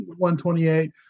128